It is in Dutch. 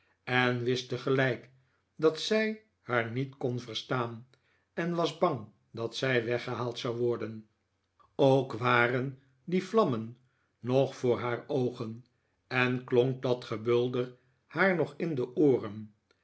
en wist tegelijk dat zij haar niet kon verstaan en was bang dat zij weggehaald zou worden ook waren die vlammen nog voor haar oogen en klonk dat gebulder haar nog in de ooren